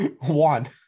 One